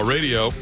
Radio